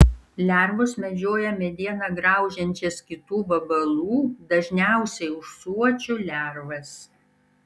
lervos medžioja medieną graužiančias kitų vabalų dažniausiai ūsuočių lervas